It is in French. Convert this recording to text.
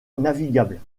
navigable